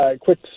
quick